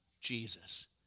Jesus